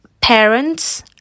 parents